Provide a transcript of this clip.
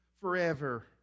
forever